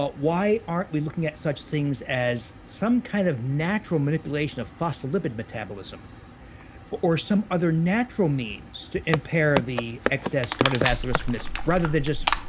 but why aren't we looking at such things as some kind of natural manipulation of phospholipid metabolism or some other natural means to impair the excess cardiovascular from this rather than just,